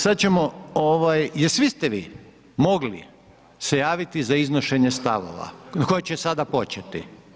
Sad ćemo, jer svi ste vi mogli se javiti za iznošenje stavova koje će sada početi.